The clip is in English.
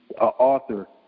author